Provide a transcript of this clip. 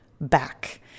back